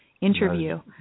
interview